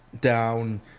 down